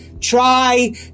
try